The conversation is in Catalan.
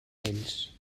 ells